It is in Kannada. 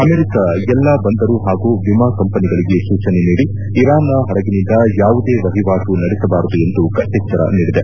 ಅಮೆರಿಕ ಎಲ್ಲಾ ಬಂದರು ಹಾಗೂ ವಿಮಾ ಕಂಪನಿಗಳಿಗೆ ಸೂಚನೆ ನೀಡಿ ಇರಾನ್ನ ಹಡಿಗಿನಿಂದ ಯಾವುದೇ ವಹಿವಾಟು ನಡೆಸಬಾರದು ಎಂದು ಕಟ್ಟೆಚ್ಚರ ನೀಡಿದೆ